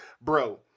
bro